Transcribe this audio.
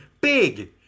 big